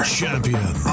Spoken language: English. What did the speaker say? champion